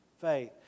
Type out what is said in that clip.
Faith